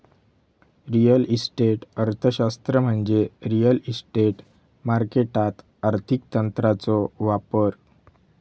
real estate अर्थशास्त्र म्हणजे real estate मार्केटात आर्थिक तंत्रांचो वापर